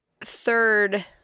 third